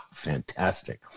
fantastic